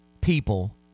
people